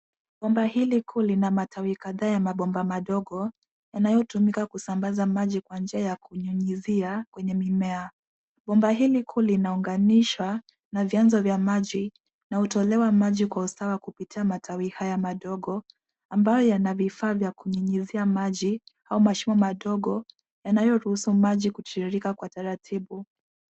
Bomba hili kuu lina matawi kadhaa ya mabomba madogo yanayotumika kusambaza maji kwa njia ya kunyunyizia kwenye mimea. Bomba hili kuu linaunganishwa na vyanzo vya maji, na hutolewa maji kwa usawa kupitia matawi haya madogo ambayo yana vifaa vya kunyunyizia maji au mashimo madogo yanayoruhusu maji kutiririka kwa taratibu.